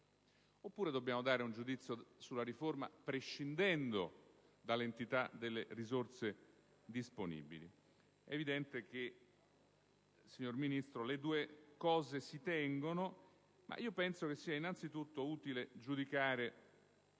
Oppure dobbiamo dare un giudizio sulla riforma prescindendo dall'entità delle risorse disponibili? È evidente, signora Ministro, che le due cose si tengono, ma penso sia innanzi tutto utile giudicare